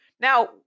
now